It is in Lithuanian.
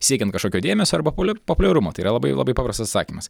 siekiant kažkokio dėmesio arba polia populiarumo tai yra labai labai paprastas atsakymas